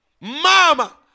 Mama